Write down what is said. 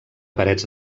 parets